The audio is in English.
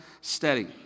steady